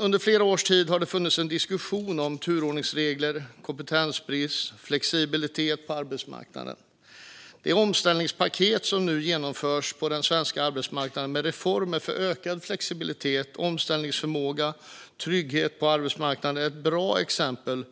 Under flera års tid har det funnits en diskussion om turordningsregler, kompetensbrist och flexibilitet på arbetsmarknaden. Det omställningspaket som nu genomförs på den svenska arbetsmarknaden med reformer för ökad flexibilitet, omställningsförmåga och trygghet på arbetsmarknaden är ett bra exempel